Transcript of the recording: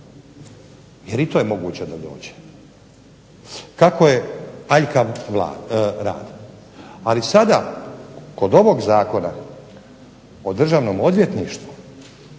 jer i to je moguće da dođe. Kako je aljkav rad. Ali sada kod ovog zakona o državnom odvjetništvu